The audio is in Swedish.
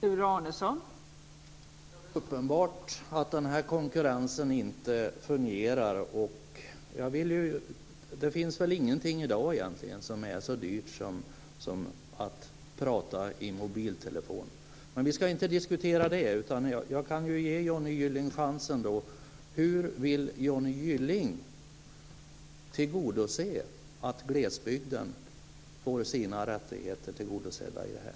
Fru talman! Det är uppenbart att den här konkurrensen inte fungerar. Det finns väl ingenting som är så dyrt i dag som att prata i mobiltelefon. Men vi ska inte diskutera det. Jag kan ge Johnny Gylling chansen: Hur vill Johnny Gylling se till att glesbygden får sina rättigheter tillgodosedda i det här?